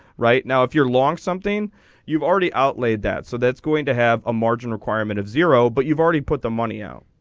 right now if you're long something you've already outlay that so that's going to have a margin requirement of zero but you've already put the money out.